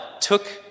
took